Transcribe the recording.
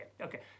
okay